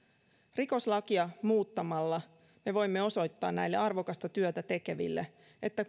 rikoslakia muuttamalla me voimme osoittaa näille arvokasta työtä tekeville että